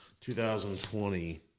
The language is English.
2020